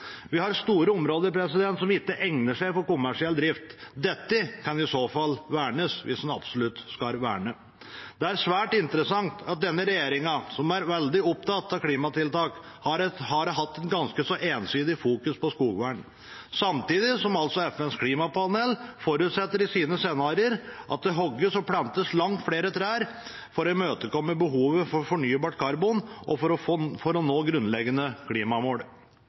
egner seg for kommersiell drift, og disse kan i så fall vernes hvis en absolutt skal verne. Det er svært interessant at denne regjeringa som er veldig opptatt av klimatiltak, har hatt et ganske så ensidig fokus på skogvern, samtidig som FNs klimapanel i sine scenarier forutsetter at det hogges og plantes langt flere trær for å imøtekomme behovet for fornybar karbon og for å nå grunnleggende klimamål. Jeg må si jeg er spent på hvordan MDG kommer til å